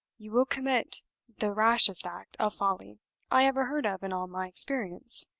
you will commit the rashest act of folly i ever heard of in all my experience.